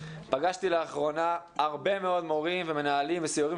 פגשתי לאחרונה הרבה מאוד מורים ומנהלים בסיורים